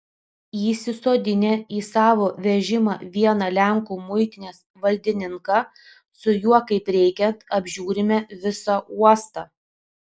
įsisodinę į savo vežimą vieną lenkų muitinės valdininką su juo kaip reikiant apžiūrime visą uostą